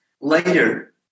later